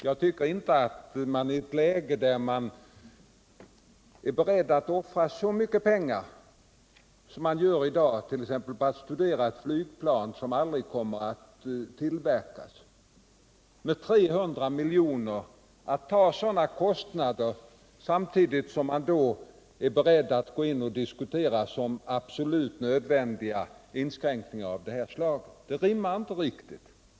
Jag tycker inte att man i ett läge där man är beredd att offra så mycket pengar som man offrar i dag på att t.ex. studera ett flygplan som aldrig kommer att tillverkas — 300 milj.kr. — samtidigt skall vara beredd att diskutera inskränkningar av det här slaget som absolut nödvändiga. Det rimmar inte riktigt.